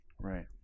Right